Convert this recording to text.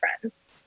friends